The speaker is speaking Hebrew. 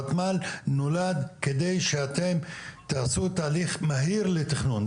ותמ"ל נולד על מנת שאתם תעשו תהליך מהיר לתכנון,